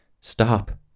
Stop